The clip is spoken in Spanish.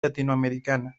latinoamericana